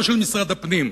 לא של משרד הפנים,